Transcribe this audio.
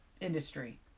industry